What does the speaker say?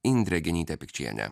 indrė genytė pikčienė